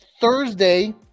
Thursday